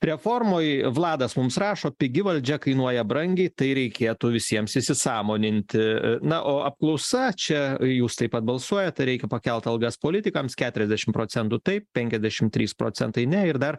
reformoj vladas mums rašo pigi valdžia kainuoja brangiai tai reikėtų visiems įsisąmoninti na o apklausa čia jūs taip pat balsuojat ar reikia pakelt algas politikams keturiasdešim procentų taip penkiasdešim trys procentai ne ir dar